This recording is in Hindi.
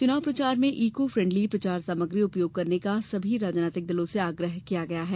चुनाव प्रचार में ईको फ्रेन्डली प्रचार सामग्री उपयोग करने का सभी राजनैतिक दलों से आग्रह किया गया है